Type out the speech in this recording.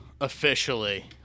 Officially